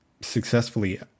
successfully